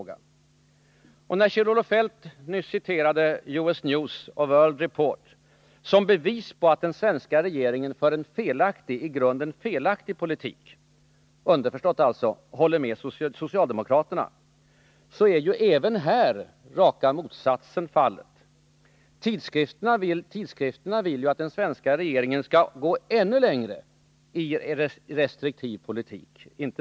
När Kjell-Olof Feldt nyss citerade — jag tror det var — U.S. News and World Report som bevis på att den svenska regeringen för en i grunden felaktig politik — underförstått alltså att tidskriften håller med socialdemokraterna — är förhållandet även här raka motsatsen. Tidskriften vill att den svenska regeringen skall gå ännu längre i restriktiv politik.